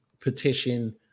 petition